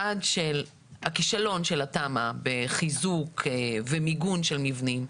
אחד, הכישלון של התמ"א בחיזוק ומיגון של מבנים.